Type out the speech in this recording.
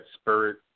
spirit